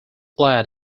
lad